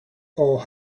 old